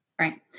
Right